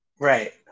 Right